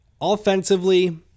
Offensively